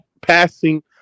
passing